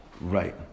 Right